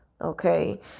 Okay